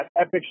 epic